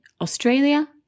Australia